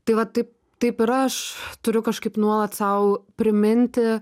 tai va taip taip ir aš turiu kažkaip nuolat sau priminti